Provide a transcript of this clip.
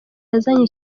yazanye